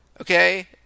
Okay